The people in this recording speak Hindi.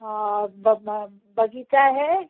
और बग़ीचा है